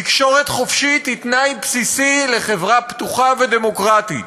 תקשורת חופשית היא תנאי בסיסי לחברה פתוחה ודמוקרטית.